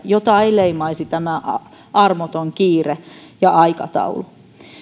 jota ei leimaisi tämä armoton kiire ja aikataulu